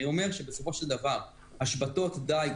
אני אומר שבסופו של דבר השבתות דייג